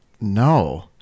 no